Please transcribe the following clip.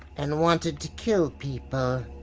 and wanted to kill people.